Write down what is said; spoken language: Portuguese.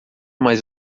mais